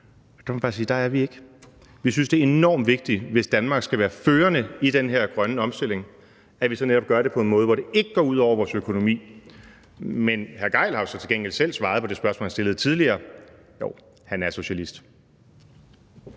Der er vi ikke. Vi synes, det er enormt vigtigt, hvis Danmark skal være førende i den her grønne omstilling, at vi så netop gør det på en måde, hvor det ikke går ud over vores økonomi. Men hr. Torsten Gejl har jo så til gengæld selv svaret på det spørgsmål, jeg stillede tidligere: Jo, han er socialist.